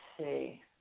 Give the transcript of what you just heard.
see